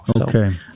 Okay